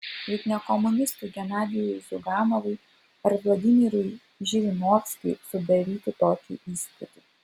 juk ne komunistui genadijui ziuganovui ar vladimirui žirinovskiui sudaryti tokį įspūdį